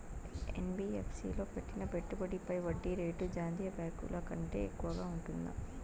NBFC లో పెట్టిన పెట్టుబడి పై వడ్డీ రేటు జాతీయ బ్యాంకు ల కంటే ఎక్కువగా ఉంటుందా?